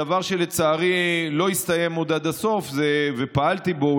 דבר שלצערי עוד לא הסתיים עד הסוף ופעלתי בו,